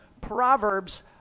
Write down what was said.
proverbs